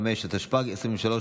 התשפ"ג 2023,